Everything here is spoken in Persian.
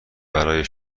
برای